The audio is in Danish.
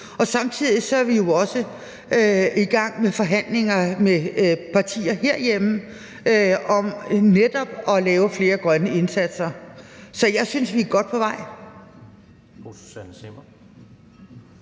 Samtidig er vi jo også i gang med forhandlinger med partier herhjemme om netop at lave flere grønne indsatser. Så jeg synes, vi er godt på vej.